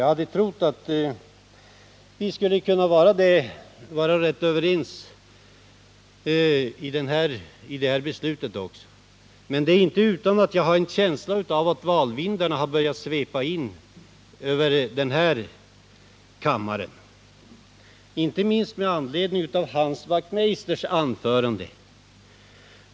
Jag hade trott att vi skulle kunna bli rätt överens även i detta beslut. Men det är inte utan att jag har en känsla av att valvinden har börjat svepa in över denna kammare — inte minst med anledning av Hans Wachtmeisters anförande.